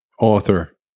author